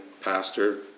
pastor